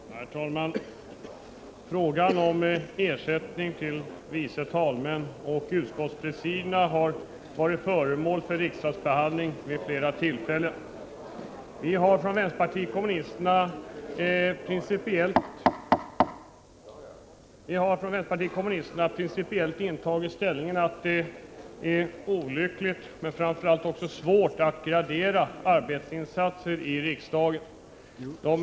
Herr talman! Frågan om ersättning till vice talmännen och utskottspresidierna har varit föremål för riksdagsbehandling vid flera tillfällen. Vi har från vänsterpartiet kommunisterna intagit den principiella ståndpunkten att det är olyckligt men framför allt svårt att gradera arbetsinsatser i riksdagen.